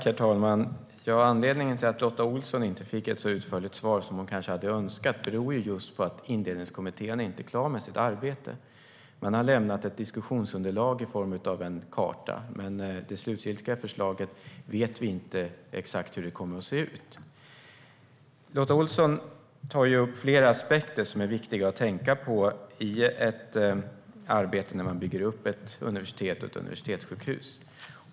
Herr talman! Att Lotta Olsson inte fick ett så utförligt svar som hon kanske hade önskat beror på att Indelningskommittén inte är klar med sitt arbete. Man har lämnat ett diskussionsunderlag i form av en karta, men när det gäller det slutgiltiga förslaget vet vi inte exakt hur det kommer att se ut. Lotta Olsson tar upp flera aspekter som är viktiga att tänka på i arbetet med att bygga upp ett universitet och ett universitetssjukhus.